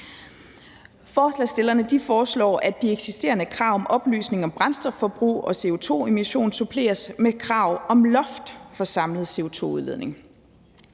Forslagsstillerne foreslår, at de eksisterende krav om oplysning om brændstofforbrug og CO2-emission suppleres med krav om loft for samlet CO2-udledning.